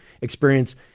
experience